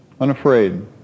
unafraid